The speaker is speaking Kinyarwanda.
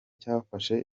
cyafashe